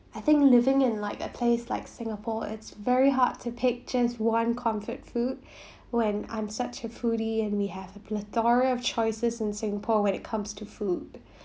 I think living in like a place like singapore it's very hard to pick just one comfort food when I'm such a foodie and we have a plethora of choices in singapore when it comes to food